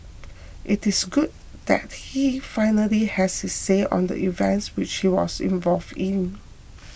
it is good that he finally has his say on the events which he was involved in